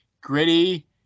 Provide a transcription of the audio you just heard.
gritty